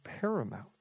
paramount